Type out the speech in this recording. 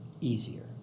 easier